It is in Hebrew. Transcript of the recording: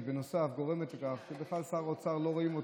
בנוסף גורמים לכך שאת שר האוצר לא רואים בכלל,